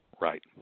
right